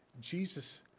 Jesus